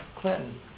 Clinton